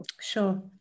Sure